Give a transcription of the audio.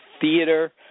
theater